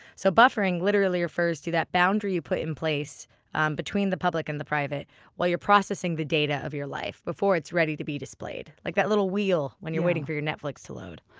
so buffering literally refers to that boundary you put in place between the public and the private while you're processing the data of your life, before it's ready to be displayed. like that little wheel when you're waiting for netflix to load